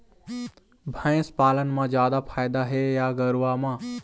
भैंस पालन म जादा फायदा हे या गरवा म?